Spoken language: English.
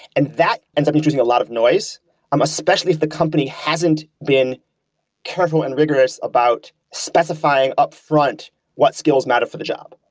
and that ends up reducing a lot of noise um especially if the company hasn't been careful and rigorous about specifying upfront what skills matter for the job.